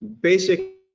basic